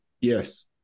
Yes